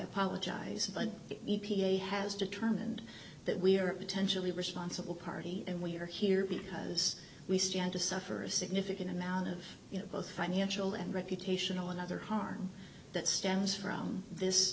apologize but the e p a has determined that we are potentially responsible party and we are here because we stand to suffer a significant amount of you know both financial and reputational another harm that stems from this